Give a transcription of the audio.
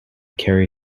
kerry